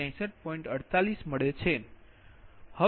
48 મળે છે